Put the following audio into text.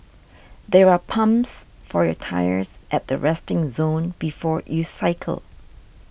there are pumps for your tyres at the resting zone before you cycle